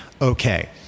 okay